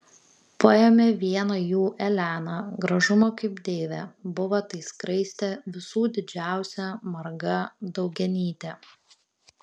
paėmė vieną jų elena gražumo kaip deivė buvo tai skraistė visų didžiausia marga daugianytė